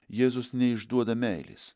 jėzus neišduoda meilės